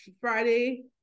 Friday